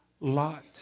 lot